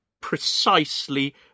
precisely